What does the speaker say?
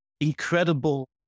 incredible